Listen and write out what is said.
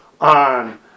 on